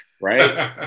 Right